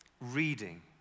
reading